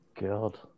God